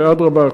ואדרבה,